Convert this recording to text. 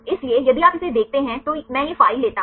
इसलिए यदि आप इसे देखते हैं तो मैं यह फ़ाइल लेता हूं